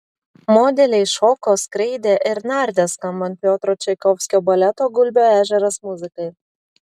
modeliai šoko skraidė ir nardė skambant piotro čaikovskio baleto gulbių ežeras muzikai